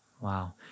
Wow